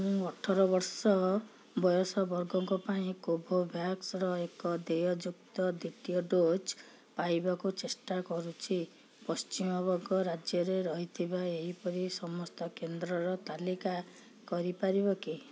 ମୁଁ ଅଠର ବର୍ଷ ବୟସ ବର୍ଗଙ୍କ ପାଇଁ କୋଭୋଭ୍ୟାକ୍ସର ଏକ ଦେୟଯୁକ୍ତ ଦ୍ୱିତୀୟ ଡୋଜ୍ ପାଇବାକୁ ଚେଷ୍ଟା କରୁଛି ପଶ୍ଚିମବଙ୍ଗ ରାଜ୍ୟରେ ରହିଥିବା ଏହିପରି ସମସ୍ତ କେନ୍ଦ୍ରର ତାଲିକା କରିପାରିବ କି